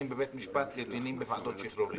בבית משפט לבין דיונים בוועדות שחרורים.